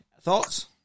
Thoughts